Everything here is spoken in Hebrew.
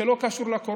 שלא קשור לקורונה,